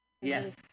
Yes